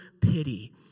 pity